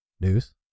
News